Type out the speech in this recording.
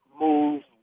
moves